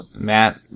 Matt